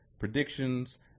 predictions